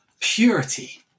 purity